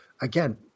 again